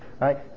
right